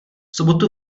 sobotu